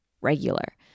regular